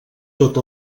tot